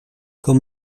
quand